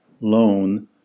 loan